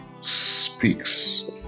speaks